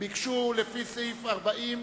ביקשו לפי סעיף